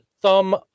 thumb